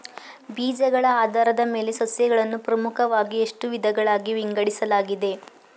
ಬೀಜಗಳ ಆಧಾರದ ಮೇಲೆ ಸಸ್ಯಗಳನ್ನು ಪ್ರಮುಖವಾಗಿ ಎಷ್ಟು ವಿಧಗಳಾಗಿ ವಿಂಗಡಿಸಲಾಗಿದೆ?